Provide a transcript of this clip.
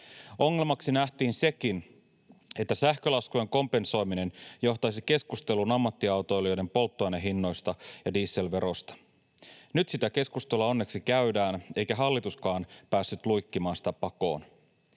Ongelmaksi nähtiin sekin, että sähkölaskujen kompensoiminen johtaisi keskusteluun ammattiautoilijoiden polttoainehinnoista ja dieselverosta. Nyt sitä keskustelua onneksi käydään, eikä hallituskaan päässyt luikkimaan sitä pakoon.